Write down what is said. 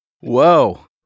Whoa